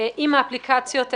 עם האפליקציות האלה.